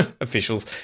officials